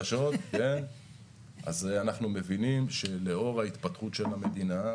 אנחנו מבינים שלאור ההתפתחות של המדינה,